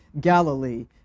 Galilee